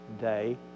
day